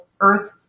Earth